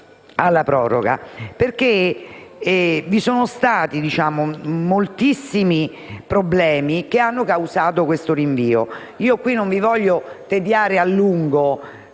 alla proroga? Perché vi sono stati moltissimi problemi che hanno causato questo rinvio. Non voglio tediarvi a lungo